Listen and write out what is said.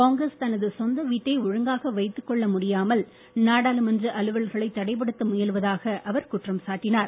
காங்கிரஸ் தனது சொந்த வீட்டை ஒழுங்காக வைத்துக்கொள்ள முடியாமல் நாடாளுமன்ற அலுவல்களை தடைப்படுத்த முயலுவதாக அவர் குற்றம் சாட்டினார்